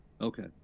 Okay